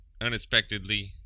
unexpectedly